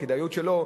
הכדאיות שלו,